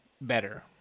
better